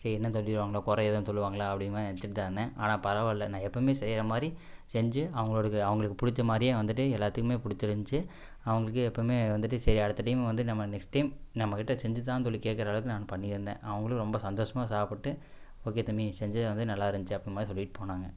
சரி என்ன சொல்லிடுவாங்களோ குற எதுவும் சொல்லுவாங்களா அப்படின்னுமே நெனச்சிட்டு தான் இருந்தேன் ஆனால் பரவாயில்ல நான் எப்பயுமே செய்கிற மாதிரி செஞ்சு அவங்கடுக்கு அவங்களுக்கு பிடிச்ச மாதிரியே வந்துட்டு எல்லாத்துக்குமே பிடிச்சிருந்ச்சி அவங்களுக்கு எப்பவுமே வந்துட்டு சரி அடுத்த டைம் வந்து நம்ம நெஸ்ட் டைம் நம்மக்கிட்ட செஞ்சித்தானு சொல்லி கேட்குற அளவுக்கு நான் பண்ணி தந்தேன் அவங்களும் ரொம்ப சந்தோஷமாக சாப்பிட்டு ஓகே தம்பி நீ செஞ்சது வந்து நல்லா இருந்துச்சி அப்டின்ன மாதிரி சொல்லிட்டு போனாங்கள்